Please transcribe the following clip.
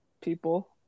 people